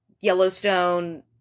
Yellowstone